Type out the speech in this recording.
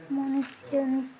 ମନୁଷ୍ୟ